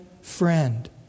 Friend